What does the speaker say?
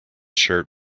shirt